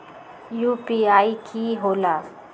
UPI कि होला?